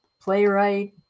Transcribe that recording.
playwright